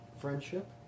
friendship